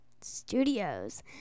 Studios